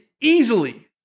easily